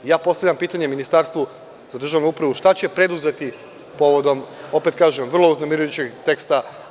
Ja postavljam pitanje Ministarstvu za državnu upravu – šta će preduzeti povodom, opet kažem, vrlo uznemirujućeg teksta?